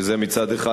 שמצד אחד,